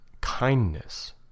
kindness